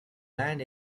land